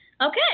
okay